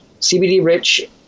CBD-rich